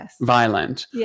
violent